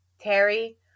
Terry